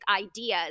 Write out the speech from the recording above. ideas